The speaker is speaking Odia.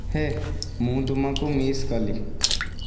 ହେ ମୁଁ ତୁମକୁ ମିସ୍ କଲି